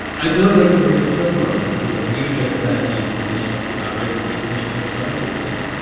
i'd really like to hear your perspective on this, because, as you just said, you published books about race, but you publish books about everything.